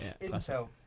Intel